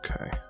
okay